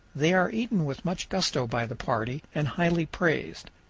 they are eaten with much gusto by the party and highly praised.